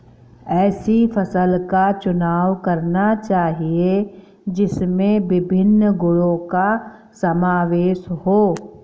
ऐसी फसल का चुनाव करना चाहिए जिसमें विभिन्न गुणों का समावेश हो